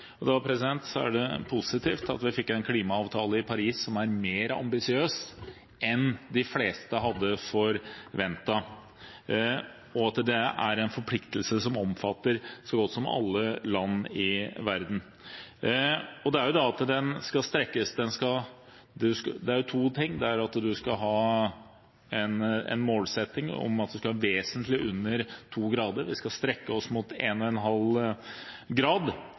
er det positivt at vi fikk en klimaavtale i Paris som er mer ambisiøs enn de fleste hadde forventet, og at det er en forpliktelse som omfatter så godt som alle land i verden. Og det er to ting: En skal ha en målsetting om at en skal vesentlig under 2 grader og strekke seg mot 1,5 grader, og en skal ha en oppdatering av avtalen jevnlig. Så er det viktig å understreke at det vi har levert inn i Paris-avtalen, er ikke en